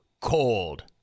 cold